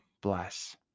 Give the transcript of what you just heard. bless